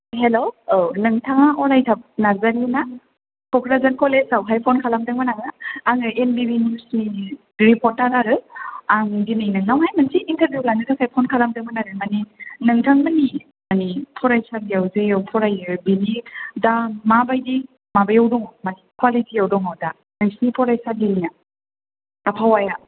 हेल' औ नोंथाङा अरायथा नार्जारी ना क'क्राझार कलेजावहाय फन खालामदोंमोन आङो आङो एन बि बि निउसनि रिपर्टार आरो आं दिनै नोंनावहाय मोनसे इन्टारभिउ लानो थाखाय फन खालामदोंमोन आरो माने नोंथांमोननि माने फरायसालियाव जेराव फरायो बिनि दा माबादि माबायाव दङ माने कुवालिटिआव दङ दा नोंसिनि फरायसालिनिया आबहावाया